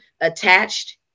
attached